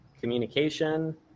communication